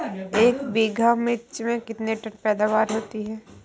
एक बीघा मिर्च में कितने टन पैदावार होती है?